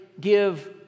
give